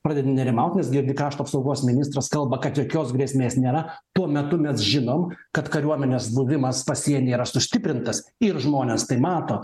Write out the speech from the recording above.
pradedi nerimauti nes girdi krašto apsaugos ministras kalba kad jokios grėsmės nėra tuo metu mes žinom kad kariuomenės buvimas pasienyje yra sustiprintas ir žmonės tai mato